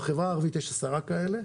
בחברה הערבית יש עשרה כאלה,